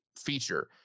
feature